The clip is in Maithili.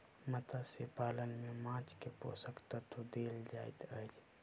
मत्स्य पालन में माँछ के पोषक तत्व देल जाइत अछि